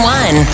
one